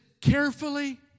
carefully